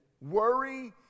Worry